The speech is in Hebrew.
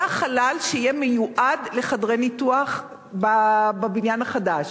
זה החלל שיהיה מיועד לחדרי ניתוח בבניין החדש.